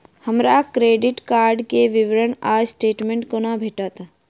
हमरा credit card केँ विवरण वा स्टेटमेंट कोना भेटत?